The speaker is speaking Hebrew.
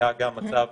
היה גם מצב